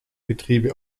betriebe